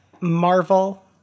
Marvel –